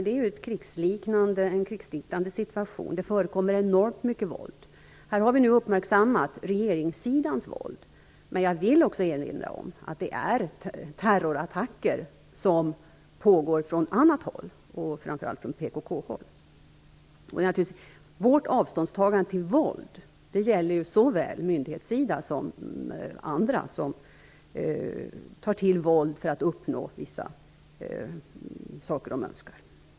Det råder en krigsliknande situation, och det förekommer enormt mycket våld. Här har vi uppmärksammat regeringssidans våld, men jag vill erinra om att det också kommer terrorattacker från annat håll, framför allt från PKK. Vårt avståndstagande mot våld gäller naturligtvis såväl myndigheterna som andra som tar till våld för att uppnå vad de önskar.